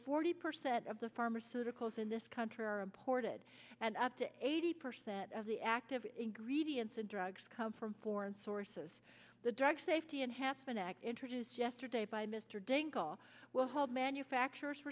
forty percent of the pharmaceuticals in this country are imported and up to eighty percent of the active ingredients of drugs come from foreign sources the drug safety and half an act introduced yesterday by mr dingell will hold manufacturers